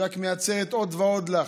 היא רק מייצרת עוד ועוד לחץ.